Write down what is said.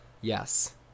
Yes